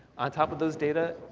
on top of those data,